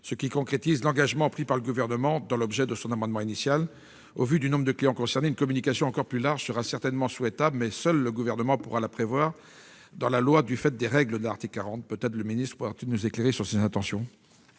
ce qui concrétise l'engagement pris par le Gouvernement dans l'objet de son amendement initial. Au vu du nombre de clients concernés, une communication encore plus large sera certainement souhaitable, mais seul le Gouvernement pourra la prévoir dans la loi, du fait des règles de l'article 40 de la Constitution. Peut-être M. le ministre pourrait-il nous éclairer sur ses intentions